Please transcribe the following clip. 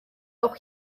auch